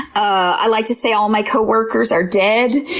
i like to say, all my coworkers are dead.